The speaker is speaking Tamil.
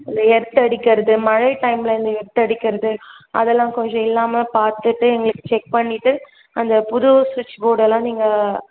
அந்த எர்த் அடிக்கிறது மழை டைமில் வந்து எர்த் அடிக்கிறது அதெல்லாம் கொஞ்சம் இல்லாமல் பார்த்துட்டு எங்களுக்கு செக் பண்ணிவிட்டு அந்த புது சுவிட்ச் போர்டு எல்லாம் நீங்கள்